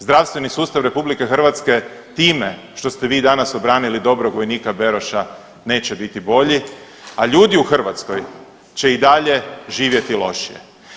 Zdravstveni sustav RH time što ste vi danas obranili dobrog vojnika Beroša neće biti bolji, a ljudi u Hrvatskoj će i dalje živjeti lošije.